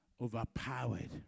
overpowered